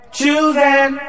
Choosing